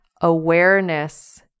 awareness